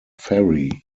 ferry